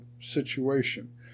situation